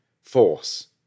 force